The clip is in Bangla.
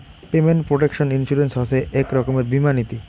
পেমেন্ট প্রটেকশন ইন্সুরেন্স হসে এক রকমের বীমা নীতি